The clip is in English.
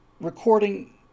recording